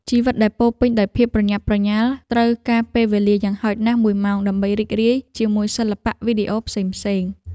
ជីវិតដែលពោរពេញដោយភាពប្រញាប់ប្រញាល់ត្រូវការពេលវេលាយ៉ាងហោចណាស់មួយម៉ោងដើម្បីរីករាយជាមួយសិល្បៈវីដេអូផ្សេងៗ។